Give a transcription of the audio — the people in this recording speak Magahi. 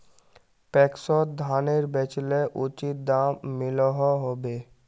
पैक्सोत धानेर बेचले उचित दाम मिलोहो होबे?